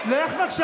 לך בבקשה